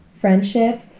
friendship